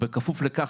ובכפוף לכך